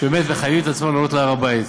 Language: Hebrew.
שבאמת מחייבים את עצמם לעלות להר-הבית,